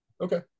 Okay